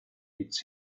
its